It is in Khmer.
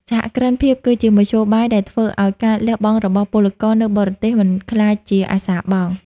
សហគ្រិនភាពគឺជា "មធ្យោបាយ" ដែលធ្វើឱ្យការលះបង់របស់ពលករនៅបរទេសមិនក្លាយជាអសារបង់។